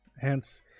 hence